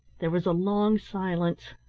there was a long silence.